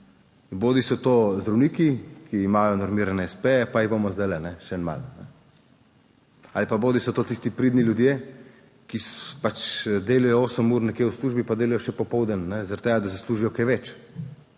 bodisi so to zdravniki, ki imajo normirane espeje, pa jih bomo zdaj še malo, ali pa bodisi so to tisti pridni ljudje, ki delajo 8 ur nekje v službi pa delajo še popoldan zaradi tega, da zaslužijo kaj več,